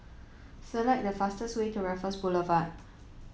select the fastest way to Raffles Boulevard